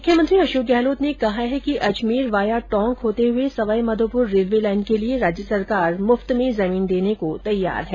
मुख्यमंत्री अषोक गहलोत ने कहा है कि अजमेर वाया टोंक होते हए सवाई माधोपुर रेलवे लाइन के लिए राज्य सरकार मुफ़त में जमीन देने को तैयार है